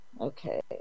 Okay